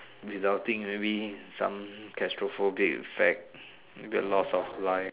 resulting maybe some claustrophobic effect maybe lost of live